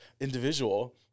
individual